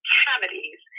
cavities